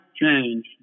change